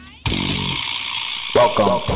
Welcome